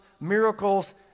miracles